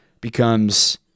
becomes